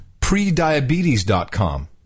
Prediabetes.com